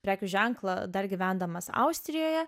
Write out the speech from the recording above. prekių ženklą dar gyvendamas austrijoje